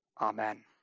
Amen